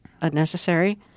unnecessary